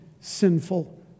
sinful